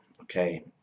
okay